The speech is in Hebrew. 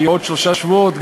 שיהיה בעוד שלושה שבועות,